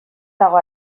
dago